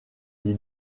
d’y